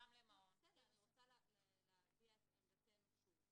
אני רוצה להביע את עמדתנו שוב.